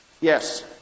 Yes